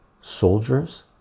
Soldiers